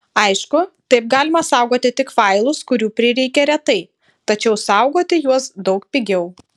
aišku taip galima saugoti tik failus kurių prireikia retai tačiau saugoti juos daug pigiau